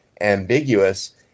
ambiguous